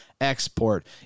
export